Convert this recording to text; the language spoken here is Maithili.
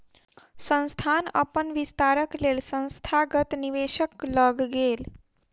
संस्थान अपन विस्तारक लेल संस्थागत निवेशक लग गेल